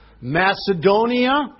Macedonia